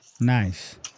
Nice